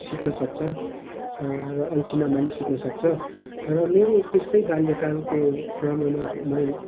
सिक्नसक्छ र अल्छी नमानी सिक्नसक्छ र मेरो त्यस्तै बाल्यकालको क्रममा मैले